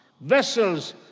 vessels